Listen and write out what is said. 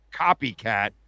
copycat